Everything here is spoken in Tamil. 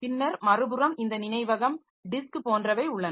பின்னர் மறுபுறம் இந்த நினைவகம் டிஸ்க் போன்றவை உள்ளன